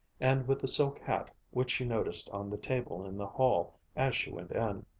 and with the silk hat which she noticed on the table in the hall as she went in.